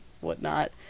whatnot